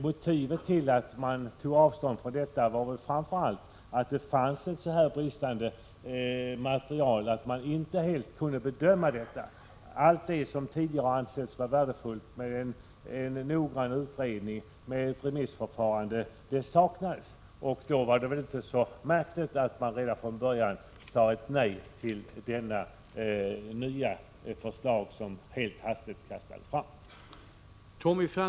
Motivet till att vi tog avstånd från förslaget var väl framför allt att det underlag som fanns var så bristfälligt att det inte riktigt gick att göra en bedömning. Allt det som tidigare ansetts vara så värdefullt saknades — jag tänker på kraven på en noggrann utredning och på ett remissförfarande. Mot den bakgrunden var det väl inte så märkligt att man redan från början sade nej till det nya förslag som helt hastigt så att säga kastades fram.